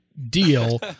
deal